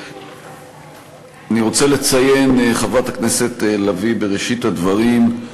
אני רוצה לציין, חברת הכנסת לביא, בראשית הדברים,